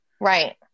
Right